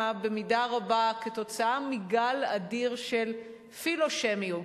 במידה רבה כתוצאה מגל אדיר של פילושמיות,